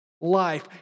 life